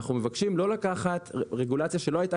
אנחנו מבקשים לא לקחת רגולציה שלא הייתה